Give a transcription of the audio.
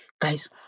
guys